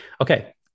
Okay